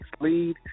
lead